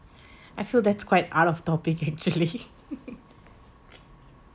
I feel that's quite out of topic actually